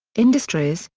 industries,